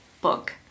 book